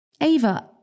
Ava